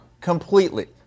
completely